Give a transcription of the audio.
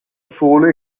solo